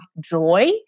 joy